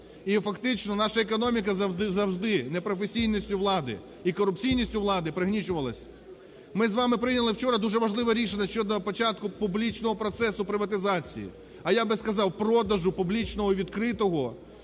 і фактично наша економіка завжди не професійністю влади, і корупційністю влади пригнічувалася. Ми з вами прийняли вчора дуже важливе рішення щодо початку публічного процесу приватизації. А я б сказав продажу публічного і відкритого